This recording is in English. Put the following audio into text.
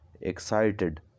excited